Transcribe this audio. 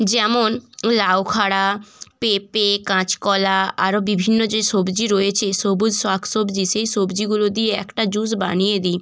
যেমন লাউখাড়া পেঁপে কাঁচকলা আরও বিভিন্ন যে সবজি রয়েছে সবুজ শাক সবজি সেই সবজিগুলো দিয়ে একটা জুস বানিয়ে দিই